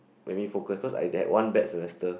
maybe focus cause I that one bad semester